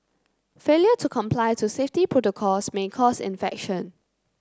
failure to comply to safety protocols may cause infection